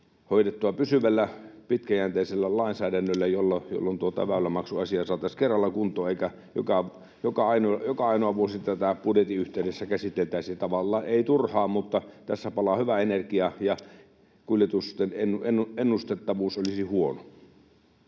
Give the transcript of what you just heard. hoidettua pysyvällä, pitkäjänteisellä lainsäädännöllä, jolloin väylämaksuasia saataisiin kerralla kuntoon eikä joka ainoa vuosi tätä budjetin yhteydessä käsiteltäisi — tavallaan ei turhaan, mutta tässä palaa hyvää energiaa, ja kuljetusten ennustettavuus on huono.